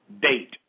date